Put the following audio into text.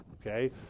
Okay